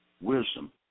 wisdom